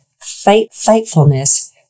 faithfulness